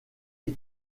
une